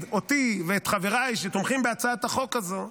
אותי ואת חבריי שתומכים בהצעת החוק הזו,